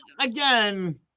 again